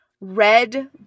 Red